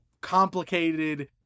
complicated